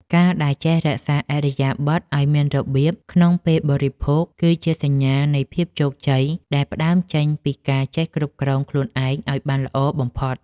ការដែលចេះរក្សាឥរិយាបថឱ្យមានរបៀបក្នុងពេលបរិភោគគឺជាសញ្ញានៃភាពជោគជ័យដែលផ្តើមចេញពីការចេះគ្រប់គ្រងខ្លួនឯងឱ្យបានល្អបំផុត។